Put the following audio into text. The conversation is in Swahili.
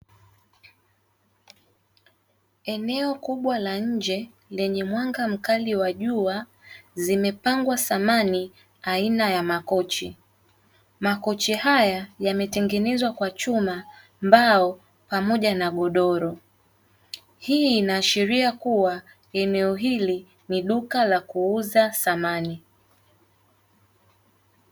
Eneo kubwa la nje lenye mwanga mkali wa jua zimepangwa samani aina ya makochi, makochi haya yametengenezwa kwa chuma mbao pamoja na godoro, hii inaashiria kuwa eneo hili ni duka la kuuza samani.